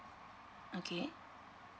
okay